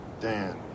dan